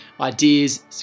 ideas